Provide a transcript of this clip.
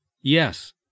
Yes